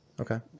Okay